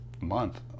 month